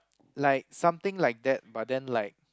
like something like that but then like